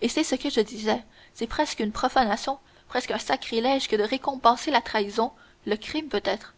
et c'est ce que je disais c'est presque une profanation presque un sacrilège que de récompenser la trahison le crime peut-être